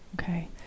Okay